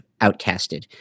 outcasted